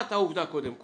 קבעת עובדה קודם כל,